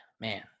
man